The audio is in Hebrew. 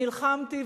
נלחמתי,